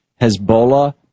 Hezbollah